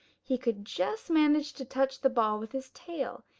he could just manage to touch the ball with his tail.